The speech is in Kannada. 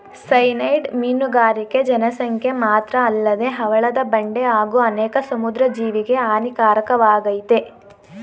ಸೈನೈಡ್ ಮೀನುಗಾರಿಕೆ ಜನಸಂಖ್ಯೆ ಮಾತ್ರಅಲ್ಲದೆ ಹವಳದ ಬಂಡೆ ಹಾಗೂ ಅನೇಕ ಸಮುದ್ರ ಜೀವಿಗೆ ಹಾನಿಕಾರಕವಾಗಯ್ತೆ